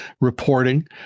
reporting